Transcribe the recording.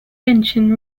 engine